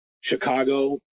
Chicago